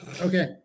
Okay